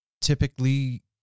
typically